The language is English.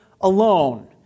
alone